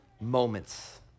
moments